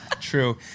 True